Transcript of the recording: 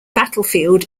battlefield